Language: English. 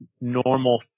normal